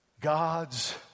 God's